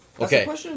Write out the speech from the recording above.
Okay